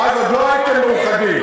אז עוד לא הייתם מאוחדים.